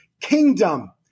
kingdom